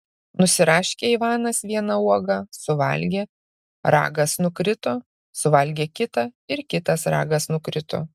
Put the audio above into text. nusiraškė ivanas vieną uogą suvalgė ragas nukrito suvalgė kitą ir kitas ragas nukrito